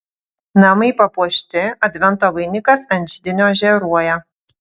namai papuošti advento vainikas ant židinio žėruoja